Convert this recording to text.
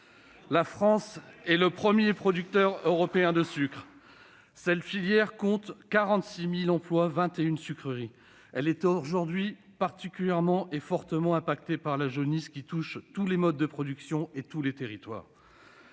La France est le premier producteur européen de sucre. Cette filière compte 46 000 emplois et 21 sucreries. Elle est aujourd'hui durement frappée par la jaunisse, qui touche tous les modes de production et tous les territoires.